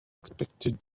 expected